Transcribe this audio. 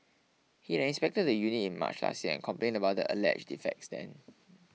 he had inspected the unit in March last year and complain about the alleged defects then